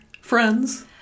friends